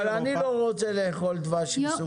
אני לא רוצה לאכול דבש עם סוכר.